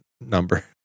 number